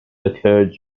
occurred